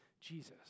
Jesus